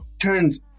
turns